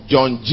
John